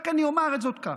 רק אומר כך.